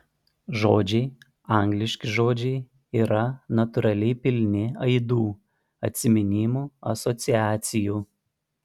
žodžiai angliški žodžiai yra natūraliai pilni aidų atsiminimų asociacijų